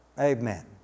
Amen